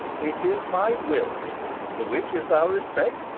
it is my will the which if thou respect,